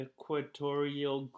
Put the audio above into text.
Equatorial